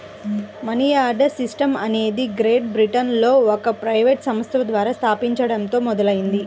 money order system అనేది great బ్రిటన్లోని ఒక ప్రైవేట్ సంస్థ ద్వారా స్థాపించబడటంతో మొదలైంది